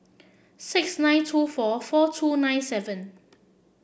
six nine two four four two nine seven